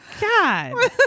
God